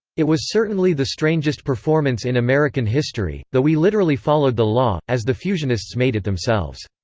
it was certainly the strangest performance in american history, though we literally followed the law, as the fusionists made it themselves.